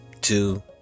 Two